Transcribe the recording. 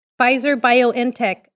Pfizer-BioNTech